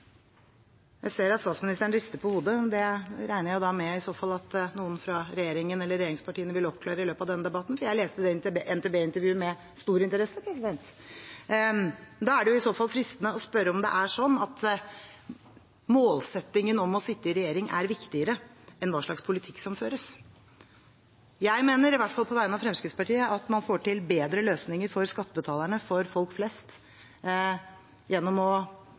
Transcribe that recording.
Jeg ser at statsministeren rister på hodet. Det regner jeg i så fall med at noen fra regjeringen eller regjeringspartiene vil oppklare i løpet av denne debatten, for jeg leste det NTB-intervjuet med stor interesse. Da er det i så fall fristende å spørre om det er slik at målsettingen om å sitte i regjering er viktigere enn hva slags politikk som føres. Jeg mener i hvert fall på vegne av Fremskrittspartiet at man får til bedre løsninger for skattebetalerne, for folk flest, gjennom å